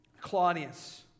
Claudius